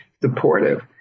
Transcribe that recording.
supportive